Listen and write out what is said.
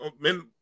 men